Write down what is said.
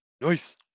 Nice